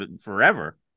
forever